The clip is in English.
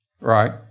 Right